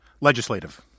legislative